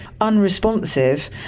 unresponsive